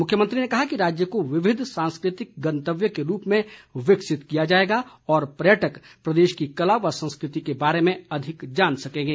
मुख्यमंत्री ने कहा कि राज्य को विविध सांस्कृतिक गन्तव्य के रूप में विकसित किया जाएगा और पर्यटक प्रदेश की कला व संस्कृति के बारे में अधिक जान सकेंगे